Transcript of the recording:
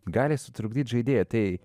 gali sutrukdyt žaidėją tai